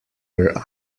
where